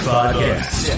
Podcast